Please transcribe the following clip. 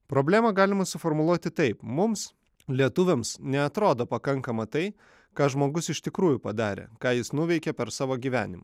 problemą galima suformuluoti taip mums lietuviams neatrodo pakankama tai ką žmogus iš tikrųjų padarė ką jis nuveikė per savo gyvenimą